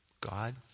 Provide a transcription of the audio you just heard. God